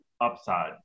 upside